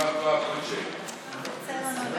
הצעת חוק התקשורת (בזק ושידורים) (תיקון מס' 76) חודש טוב ומבורך.